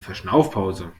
verschnaufpause